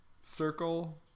circle